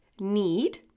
need